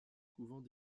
couvent